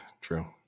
true